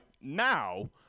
now